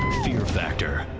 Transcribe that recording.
fear factor.